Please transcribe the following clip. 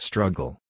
Struggle